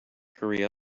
hurry